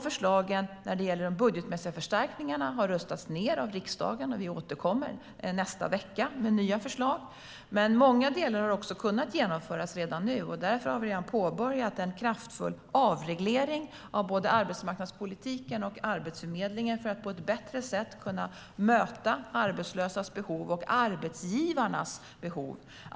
Förslagen om budgetmässiga förstärkningar har röstats ned av riksdagen, och vi återkommer nästa vecka med nya förslag. Många delar har dock kunnat genomföras redan nu. Därför har vi redan påbörjat en kraftfull avreglering av både arbetsmarknadspolitiken och Arbetsförmedlingen, för att på ett bättre sätt kunna möta arbetslösas behov och arbetsgivarnas behov.